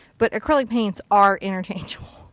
but acrylic paints are interchangeable.